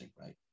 right